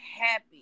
happy